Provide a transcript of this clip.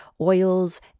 oils